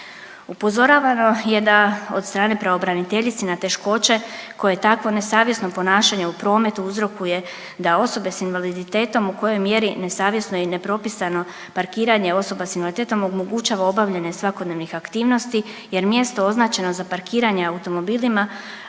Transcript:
Upozoravano je da od strane pravobraniteljice na teškoće koje takvo nesavjesno ponašanje u prometu uzrokuje da osobe s invaliditetom u kojoj mjeri nesavjesno i nepropisano parkiranje osoba s invaliditetom omogućava obavljanje svakodnevnih aktivnosti jer mjesto označeno za parkiranje automobilima